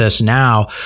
Now